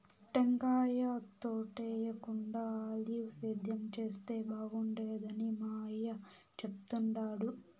టెంకాయ తోటేయేకుండా ఆలివ్ సేద్యం చేస్తే బాగుండేదని మా అయ్య చెప్తుండాడు